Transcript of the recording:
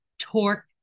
torque